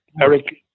Eric